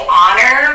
honor